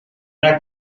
una